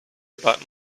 about